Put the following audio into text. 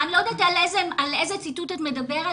אני לא יודעת על איזה ציטוט את מדברת,